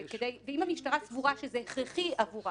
אם המשטרה סבורה שזה הכרחי עבורה